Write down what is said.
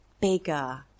bigger